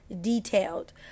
detailed